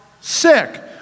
sick